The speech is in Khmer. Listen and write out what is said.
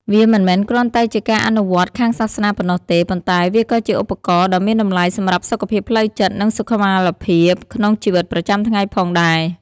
វាមិនមែនគ្រាន់តែជាការអនុវត្តន៍ខាងសាសនាប៉ុណ្ណោះទេ ប៉ុន្តែវាក៏ជាឧបករណ៍ដ៏មានតម្លៃសម្រាប់សុខភាពផ្លូវចិត្ត និងសុខុមាលភាពក្នុងជីវិតប្រចាំថ្ងៃផងដែរ។